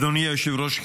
אדוני היושב-ראש,